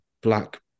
black